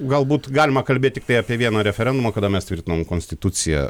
galbūt galima kalbėt tiktai apie vieną referendumą kada mes tvirtinom konstituciją